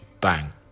bang